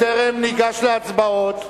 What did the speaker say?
בטרם ניגש להצבעות,